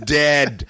dead